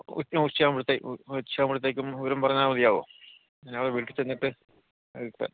ഉച്ചയാകുമ്പഴത്തേക്കും ഉച്ചയാകുമ്പഴത്തേക്കും വിവരം പറഞ്ഞാൽ മതിയാകുമോ ഞാൻ പോയി വീട്ടിൽ ചെന്നിട്ട് വിളിക്കാം